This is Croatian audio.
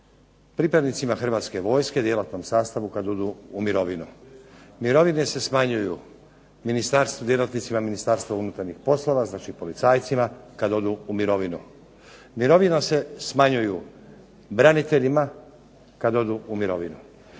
pripadnicima Hrvatske vojske, djelatnom sastavu kad odu u mirovinu. Mirovine se smanjuju djelatnicima Ministarstva unutarnjih poslova, znači policajcima kad odu u mirovinu. Mirovine se smanjuju braniteljima kad odu u mirovinu.